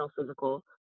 physical